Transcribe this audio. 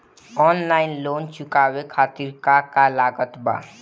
Online loan चुकावे खातिर का का लागत बा?